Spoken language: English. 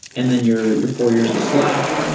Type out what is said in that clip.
and then your your four years at slack.